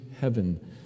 heaven